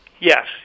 Yes